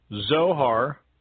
Zohar